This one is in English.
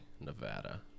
Nevada